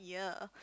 yeah